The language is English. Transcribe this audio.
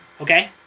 Okay